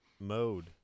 mode